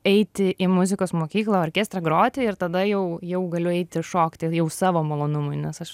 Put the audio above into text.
eiti į muzikos mokyklą orkestre groti ir tada jau jau galiu eiti šokti jau savo malonumui nes aš